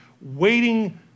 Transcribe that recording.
waiting